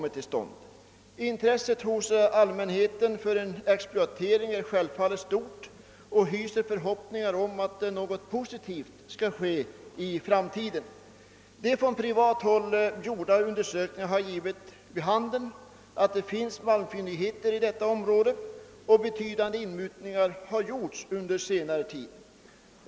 Intresset hos allmänheten för en exploatering är självfallet. stort, och man hyser förhoppningar om att något positivt skall ske i framtiden. De från privat håll gjorda undersökningarna har givit vid handen att det finns malmfyndigheter i detta område, och betydande inmutningar har gjorts under senare tid.